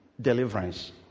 deliverance